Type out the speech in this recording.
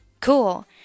Cool